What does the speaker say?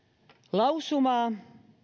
lausumaa